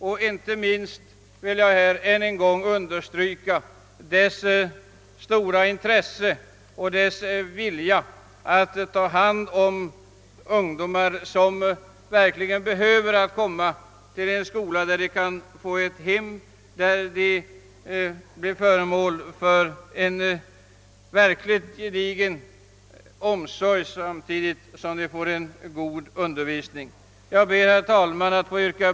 Än en gång vill jag understryka inte minst skolans stora intresse av och vilja att ta hand om ungdomar, som verkligen behöver komma till en skola där de kan få ett hem och där de blir föremål för en verkligt gedigen omsorg samtidigt som de ges en god undervisning. Herr talman!